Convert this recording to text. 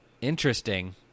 interesting